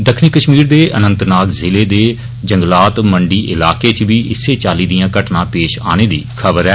दक्खनी कष्मीर दे अनंननाग जिले दे जंगलात मंडी इलाके च बी इस्सै चाल्ली दियां घटना पेष आने दी खबर ऐ